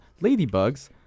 ladybugs